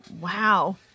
Wow